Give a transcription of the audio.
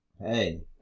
Hey